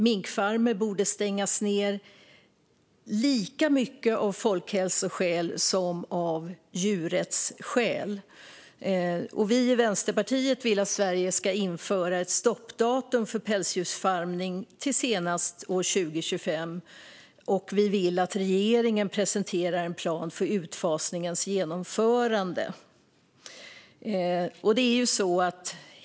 Minkfarmer borde stängas ned lika mycket av folkhälsoskäl som av djurrättsskäl. Vi i Vänsterpartiet vill att Sverige ska införa ett stopp för pälsdjursfarmning senast år 2025, och vi vill att regeringen presenterar en plan för utfasningens genomförande.